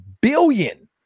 billion